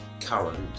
current